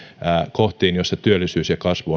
kohtiin joissa työllisyys ja kasvu